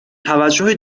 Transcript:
توجه